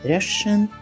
Russian